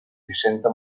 vicenta